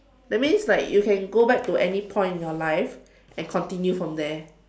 that means like you can go back to any point in your life and continue from there